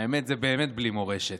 זה באמת בלי מורשת,